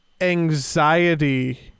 anxiety